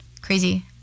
Crazy